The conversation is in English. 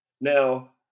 now